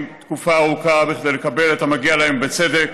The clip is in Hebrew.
תקופה ארוכה כדי לקבל את המגיע להם בצדק.